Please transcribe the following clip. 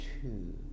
two